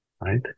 right